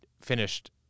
finished